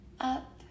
up